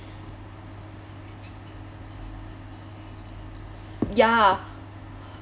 ya